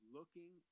Looking